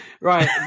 Right